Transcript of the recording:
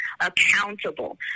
accountable